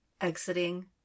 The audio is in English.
exiting